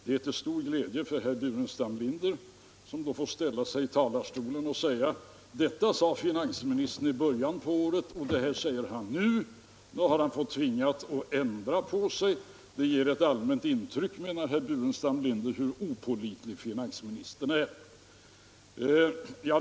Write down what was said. Det är till stor glädje för herr Burenstam Linder, som då får ställa sig i talarstolen och säga: Detta sade finansministern i början av året och det här säger han nu — han har tvingats ändra sig. Det ger ett allmänt intryck, menar herr Burenstam Linder, av hur opålitlig finansministern är.